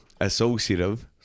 associative